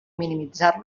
minimitzar